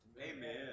Amen